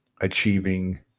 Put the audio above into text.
achieving